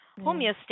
homeostasis